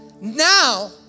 Now